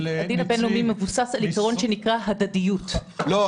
הדין הבין-לאומי מבוסס על עיקרון שנקרא "הדדיות" -- לא,